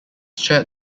chaired